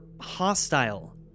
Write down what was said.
hostile